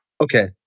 Okay